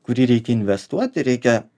kurį reikia investuoti reikia